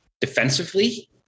defensively